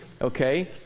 okay